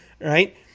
right